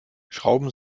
schrauben